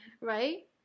right